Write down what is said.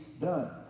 done